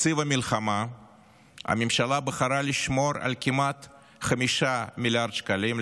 בתקציב המלחמה הממשלה בחרה לשמור על כמעט 5 מיליארד שקלים,